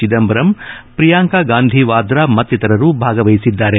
ಚಿದಂಬರಂ ಪಿಯಾಂಕಾ ಗಾಂಧಿ ವಾದಾ ಮತ್ತಿತರರು ಭಾಗವಹಿಸಿದ್ದಾರೆ